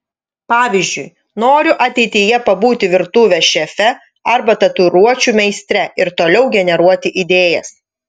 pavyzdžiui noriu ateityje pabūti virtuvės šefe arba tatuiruočių meistre ir toliau generuoti idėjas